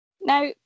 now